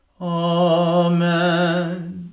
Amen